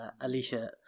Alicia